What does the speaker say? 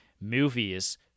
movies